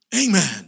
Amen